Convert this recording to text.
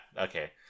okay